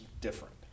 different